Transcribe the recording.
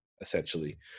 essentially